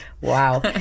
Wow